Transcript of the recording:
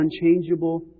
unchangeable